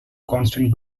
constant